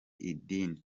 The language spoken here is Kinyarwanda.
idini